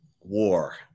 war